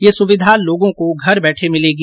यह सुविधा लोगों को घर बैठे मिलेंगी